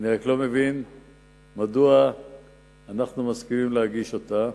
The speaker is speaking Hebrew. אני רק לא מבין מדוע אנחנו מסכימים להגיש את ההצעה,